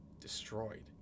Destroyed